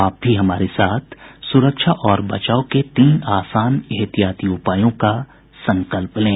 आप भी हमारे साथ सुरक्षा और बचाव के तीन आसान एहतियाती उपायों का संकल्प लें